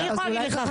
אני יכולה להגיד לך.